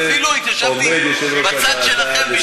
ואפילו התיישבתי בצד שלכם,